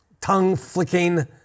tongue-flicking